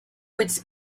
which